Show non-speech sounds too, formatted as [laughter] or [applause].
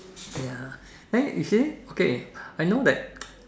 ya eh is it okay I know that [noise]